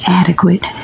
adequate